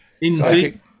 Indeed